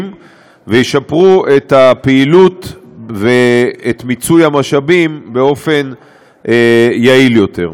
וישפרו את הפעילות ואת מיצוי המשאבים באופן יעיל יותר.